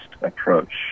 approach